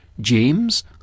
James